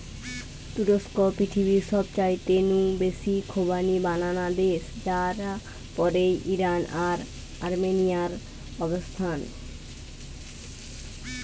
তুরস্ক পৃথিবীর সবচাইতে নু বেশি খোবানি বানানা দেশ যার পরেই ইরান আর আর্মেনিয়ার অবস্থান